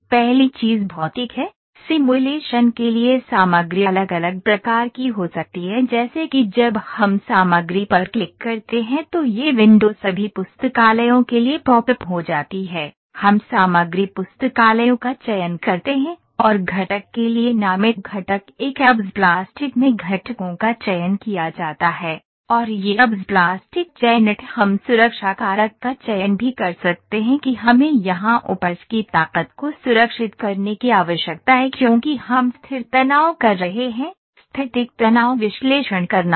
पहली चीज़ भौतिक है सिमुलेशन के लिए सामग्री अलग अलग प्रकार की हो सकती है जैसे कि जब हम सामग्री पर क्लिक करते हैं तो यह विंडो सभी पुस्तकालयों के लिए पॉप अप हो जाती है हम सामग्री पुस्तकालयों का चयन करते हैं और घटक के लिए नामित घटक एक ABS प्लास्टिक में घटकों का चयन किया जाता है और यह ABS प्लास्टिक चयनित हम सुरक्षा कारक का चयन भी कर सकते हैं कि हमें यहां उपज की ताकत को सुरक्षित करने की आवश्यकता है क्योंकि हम स्थिर तनाव कर रहे हैं स्थैतिक तनाव विश्लेषण करना होगा